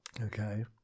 Okay